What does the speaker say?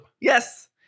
Yes